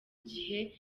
gihe